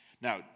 Now